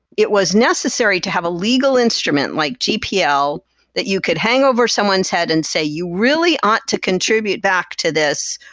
it was necessary to have a legal instrument like gpl that you could hang over someone's head and say, you really ought to contribute back to this,